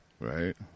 Right